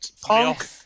punk